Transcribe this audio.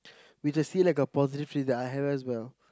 which I see like a positive thing that I have as well